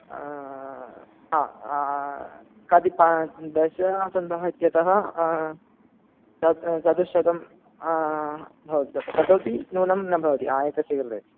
हा कति प दश आसन्दाः इत्यतः चतुश्शतं भवति तत् ततोपि न्यूनं न भवति आयकस्यकृते